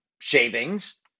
shavings